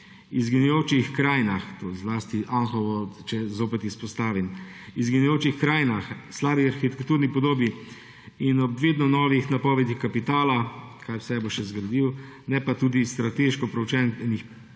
izginjajočih krajinah, slabi arhitekturni podobi in ob vedno novih napovedih kapitala, kaj vse bo še zgradil, ne pa tudi strateško preučenih